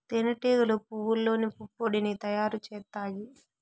తేనె టీగలు పువ్వల్లోని పుప్పొడిని తయారు చేత్తాయి